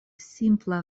simpla